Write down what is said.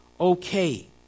okay